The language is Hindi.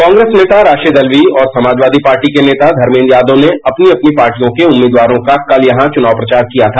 कांग्रेस नेता राशिद अल्वी और समाजवादी पार्टी के नेता धमेंद्र यादव ने अपनी अपनी पार्टियों के उम्मीदवारों का कल यहां चुनाव प्रचार किया था